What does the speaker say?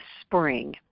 spring